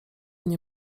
nie